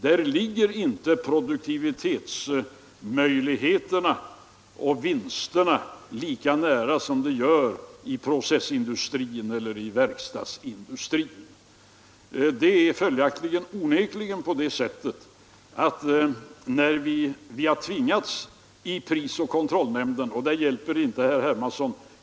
Där ligger inte produktivitetsmöjligheterna och vinsterna lika nära till hands som de gör inom processindustrin eller inom verkstadsindustrin. Följaktligen har prisoch kartellnämnden tvingats medge vissa prishöjningar.